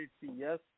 yes